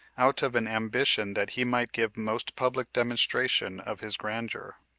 out of an ambition that he might give most public demonstration of his grandeur.